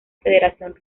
federación